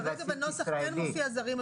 כרגע בנוסח כן מופיע זרים,